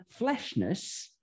fleshness